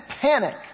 Panic